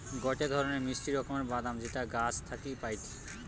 গটে ধরণের মিষ্টি রকমের বাদাম যেটা গাছ থাকি পাইটি